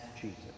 Jesus